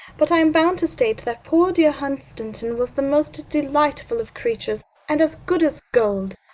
but i'm bound to state that poor dear hunstanton was the most delightful of creatures, and as good as gold.